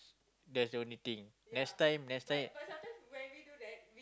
that's the only thing next time next time